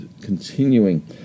continuing